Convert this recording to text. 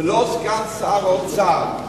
ולא סגן שר האוצר,